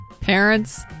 parents